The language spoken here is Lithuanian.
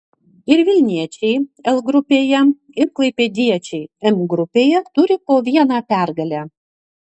ir vilniečiai l grupėje ir klaipėdiečiai m grupėje turi po vieną pergalę